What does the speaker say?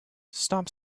stop